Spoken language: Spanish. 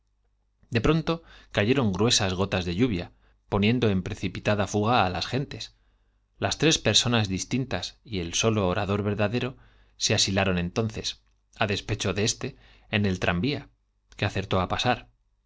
de pronto cayeron le lluvia poniendo en precipitada fuga gruesas gotas á las gentes las tres personas ditintas y el solo ora asilaron entonces á despecho de dor verdadero se un minuto éste en el tranvía que acertó á pasar